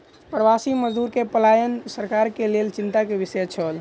प्रवासी मजदूर के पलायन सरकार के लेल चिंता के विषय छल